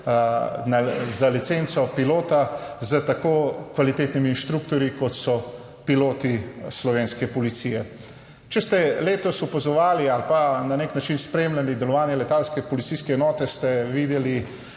za licenco pilota s tako kvalitetnimi inštruktorji, kot so piloti slovenske policije. Če ste letos opazovali ali pa na nek način spremljali delovanje letalske policijske enote, ste videli,